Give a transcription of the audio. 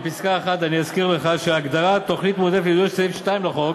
אזכיר לך שהגדרה לתוכנית מועדפת לסעיף 2 לחוק,